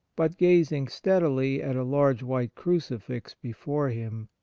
but gazing steadily at a large white crucifix before him,